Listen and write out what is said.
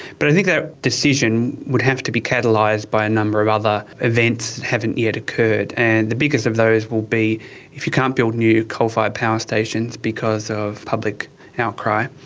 but i think that decision would have to be catalysed by a number of other events that haven't yet occurred, and the biggest of those will be if you can't build new coal fired power stations because of public outcry,